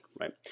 right